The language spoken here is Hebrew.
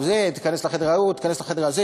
תיכנס לחדר ההוא, תיכנס לחדר הזה.